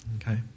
Okay